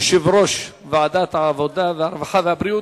יושב-ראש ועדת העבודה, הרווחה והבריאות.